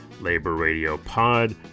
LaborRadioPod